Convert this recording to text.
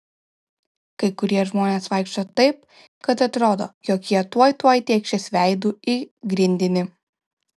kai kurie žmonės vaikšto taip kad atrodo jog jie tuoj tuoj tėkšis veidu į grindinį